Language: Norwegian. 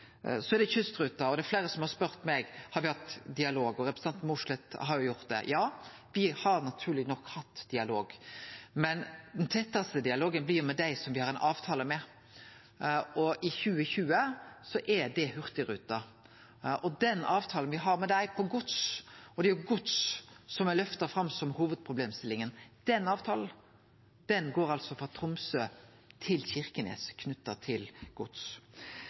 Så er det kystruta. Det er fleire som har spurt meg: Har me hatt dialog? Representanten Mossleth har gjort det. Ja, me har naturleg nok hatt dialog, men den tettaste dialogen blir med dei som me har ein avtale med, og i 2020 er det Hurtigruten. Den avtalen me har med dei på gods – og det er jo gods som er løfta fram som hovudproblemstillinga – går frå Tromsø til Kirkenes.